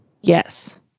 yes